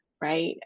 right